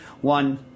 One